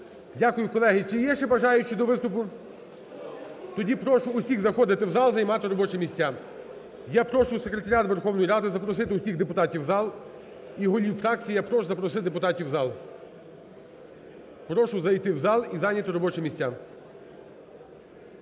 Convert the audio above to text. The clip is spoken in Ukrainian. Дякую. Колеги, чи є ще бажаючі до виступу? Тоді прошу усіх заходити у зал, займати робочі місця. Я прошу Секретаріат Верховної Ради запросити усіх депутатів в зал і голів фракцій я прошу запросити депутатів в зал. Прошу зайти в зал і зайняти робочі місця.